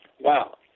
Wow